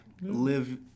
live